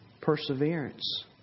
perseverance